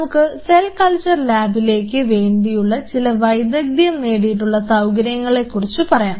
നമുക്ക് cell culture ലാബിലേക്ക് വേണ്ടിയിട്ടുള്ള ചില വൈദഗ്ധ്യം നേടിയിട്ടുള്ള സൌകര്യങ്ങളെക്കുറിച്ച് പറയാം